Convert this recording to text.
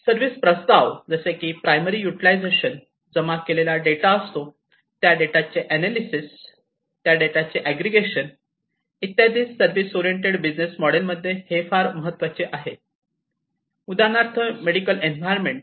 service प्रस्ताव जसे की प्रायमरी युटीलायझेशन जमा केलेला डेटा असतो त्या डेटाचे अनालीसिस त्या डेटाचे एग्रीगेशन इत्यादी सर्विस ओरिएंटेड बिझनेस मॉडेलमध्ये हे फार महत्त्वाचे आहेत उदाहरणार्थ मेडिकल एन्व्हरमेंट